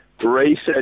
research